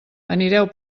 anireu